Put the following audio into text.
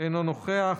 אינו נוכח.